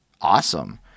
awesome